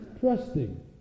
trusting